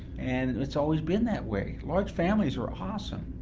and it's always been that way large families are awesome.